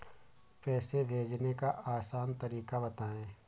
पैसे भेजने का आसान तरीका बताए?